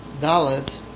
Dalit